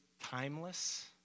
timeless